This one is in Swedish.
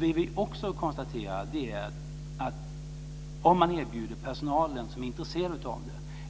Vi vill också konstatera att om man erbjuder personal som är intresserad av